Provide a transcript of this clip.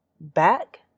back